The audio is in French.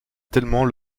tellement